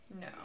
No